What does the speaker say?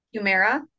humera